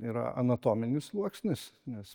yra anatominis sluoksnis nes